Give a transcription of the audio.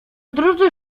drodze